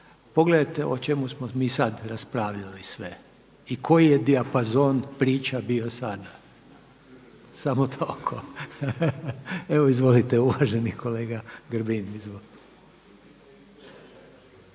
Pogledajte o čemu smo mi sada raspravljali sve i koji je dijapazon priča bio sada. Samo toliko. Evo izvolite uvaženi kolega Grbin,